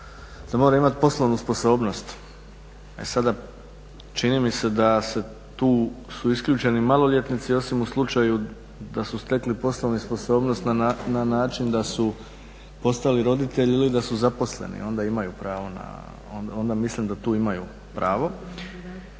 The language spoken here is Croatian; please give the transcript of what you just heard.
da mora imati poslovnu sposobnost. E sada, čini mi se da se tu su isključeni maloljetnici osim u slučaju da su stekli poslovnu sposobnost na način da su postali roditelji ili da su zaposleni, onda imaju pravo